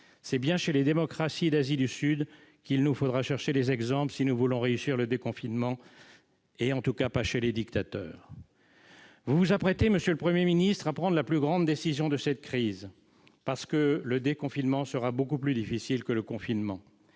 C'est bien dans les démocraties d'Asie du Sud qu'il nous faudra chercher les exemples si nous voulons réussir le déconfinement, et non pas chez les dictateurs. Vous vous apprêtez, monsieur le Premier ministre, à prendre la plus grande décision de cette crise, parce que le déconfinement sera beaucoup plus difficile que le confinement.